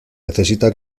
necesita